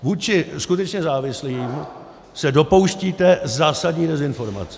Vůči skutečně závislým se dopouštíte zásadní dezinformace.